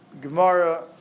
Gemara